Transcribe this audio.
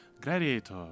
gladiator